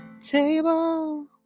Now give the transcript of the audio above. table